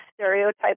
stereotypes